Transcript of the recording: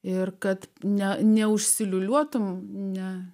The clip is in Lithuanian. ir kad ne neužsiliūliuotum ne